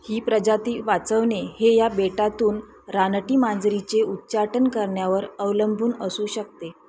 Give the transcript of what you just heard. ही प्रजाती वाचवणे हे या बेटातून रानटी मांजरीचे उच्चाटन करण्यावर अवलंबून असू शकते